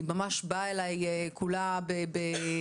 היא ממש באה אלי כולה בחרדה,